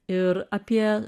ir apie